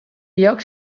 lloc